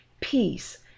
peace